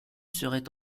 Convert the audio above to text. serait